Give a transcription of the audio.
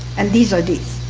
and these are these